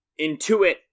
intuit